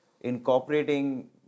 incorporating